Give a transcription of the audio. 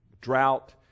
drought